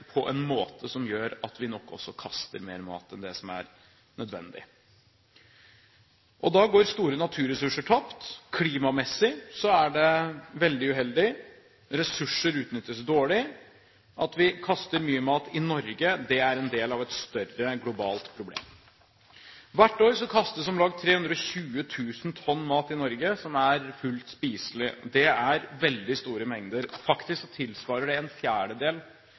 på en måte som gjør at vi nok også kaster mer mat enn det som er nødvendig. Da går store naturressurser tapt. Klimamessig er det veldig uheldig. Ressurser utnyttes dårlig. At vi kaster mye mat i Norge, er en del av et større globalt problem. Hvert år kastes om lag 320 000 tonn mat i Norge som er fullt spiselig. Det er veldig store mengder. Faktisk tilsvarer det en fjerdedel